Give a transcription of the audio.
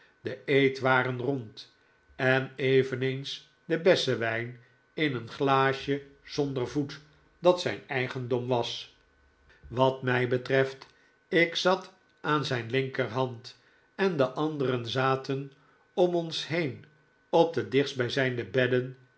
de eetwaren rond en eveneens de bessenwijn in een glaasje zonder voet dat zijn eigehdom was wat mij betreft ik zat aan zijn linkerhand en de anderen zaten om ons heen op de dichtstbijzijnde bedden